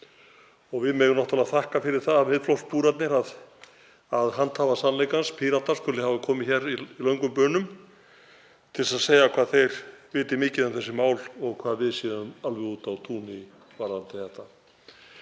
Við megum náttúrlega þakka fyrir það, Miðflokkspúrarnir, að handhafar sannleikans, Píratar, skuli hafa komið hér í löngum bunum til þess að segja hvað þeir viti mikið um þessi mál og að við séum alveg úti á túni varðandi þetta.